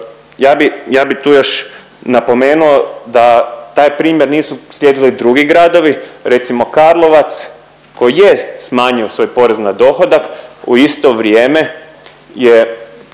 ja bi tu još napomenuo da taj primjer nisu slijedili drugi gradovi, recimo, Karlovac, koji je smanjio svoj porez na dohodak, u isto vrijeme je